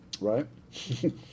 right